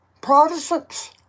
Protestants